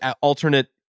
alternate